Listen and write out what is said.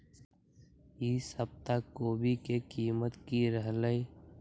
ई सप्ताह कोवी के कीमत की रहलै?